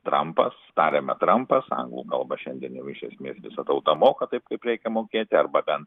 trampas tariame trampas anglų kalbą šiandien jau iš esmės visa tauta moka taip kaip reikia mokėti arba bent